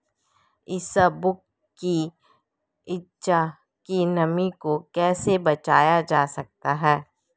इसबगोल की उपज को नमी से कैसे बचाया जा सकता है?